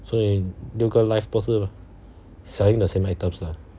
所以六个 live 都是 selling the same items lah